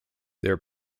their